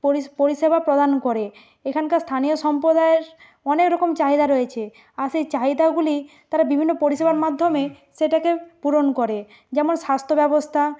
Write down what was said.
পরিষ পরিষেবা প্রদান করে এখানকার স্থানীয় সম্প্রদায়ের অনেক রকম চাহিদা রয়েছে আর সেই চাহিদাগুলি তারা বিভিন্ন পরিষেবার মাধ্যমে সেটাকে পূরণ করে যেমন স্বাস্ত্য ব্যবস্থা